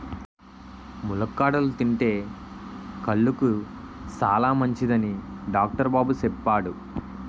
ములక్కాడలు తింతే కళ్ళుకి సాలమంచిదని డాక్టరు బాబు సెప్పాడు